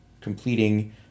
completing